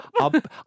up